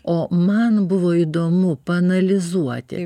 o man buvo įdomu paanalizuoti